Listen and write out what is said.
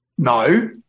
No